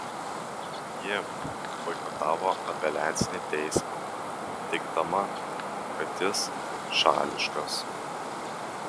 ji boikotavo apeliacinį teismą teigdama kad jis šališkas